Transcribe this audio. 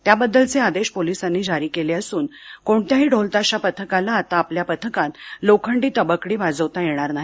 त्याबद्दलचे आदेश पोलिसांनी जारी केले असून कोणत्याही ढोल ताशा पथकाला आता आपल्या पथकात लोखंडी तबकडी वाजवता येणार नाही